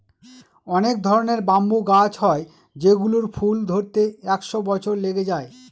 অনেক ধরনের ব্যাম্বু গাছ হয় যেগুলোর ফুল ধরতে একশো বছর লেগে যায়